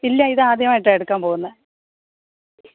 ഇല്ല ഇതാദ്യമായിട്ടാ എടുക്കാൻ പോകുന്നത്